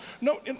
No